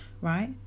right